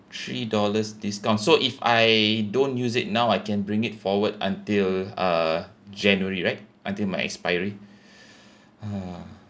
three dollars discount so if I don't use it now I can bring it forward until uh january right until my expiry ah